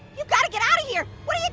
you gotta get out of here! what are you